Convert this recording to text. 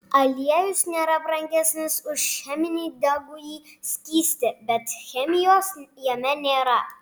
aliejus nėra brangesnis už cheminį degųjį skystį bet chemijos jame nėra